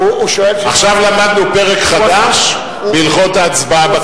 הוא אומר, אתה אומר לי אם תצביע נגד אתה בעד השני.